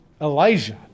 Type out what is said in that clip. Elijah